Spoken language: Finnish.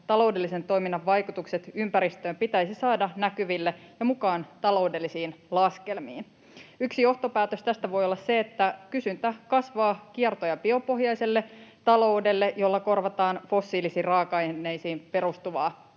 taloudellisen toiminnan vaikutukset ympäristöön pitäisi saada näkyville ja mukaan taloudellisiin laskelmiin. Yksi johtopäätös tästä voi olla se, että kysyntä kierto- ja biopohjaiselle taloudelle kasvaa ja sillä korvataan fossiilisiin raaka-aineisiin perustuvaa